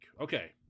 Okay